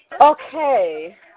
Okay